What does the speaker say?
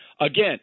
Again